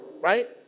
right